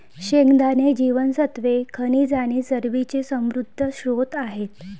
शेंगदाणे जीवनसत्त्वे, खनिजे आणि चरबीचे समृद्ध स्त्रोत आहेत